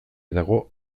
dago